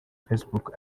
facebook